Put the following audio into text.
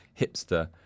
hipster